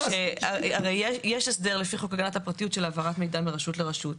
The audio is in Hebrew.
יש הסדר לפי חוק הגנת הפרטיות של העברת מידע מרשות לרשות.